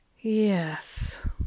yes